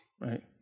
right